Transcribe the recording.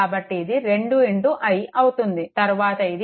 కాబట్టి ఇది 2i అవుతుంది తరువాత ఇది